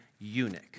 eunuch